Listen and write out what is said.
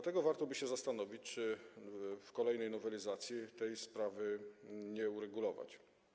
Dlatego warto by się zastanowić, czy w kolejnej nowelizacji tej sprawy nie uregulować.